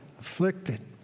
afflicted